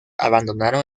abandonaron